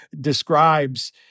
describes